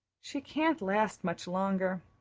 she can't last much longer.